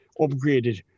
upgraded